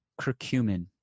curcumin